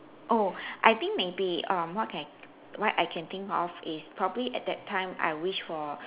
oh I think maybe err what can what I can think of is probably at that time I wish for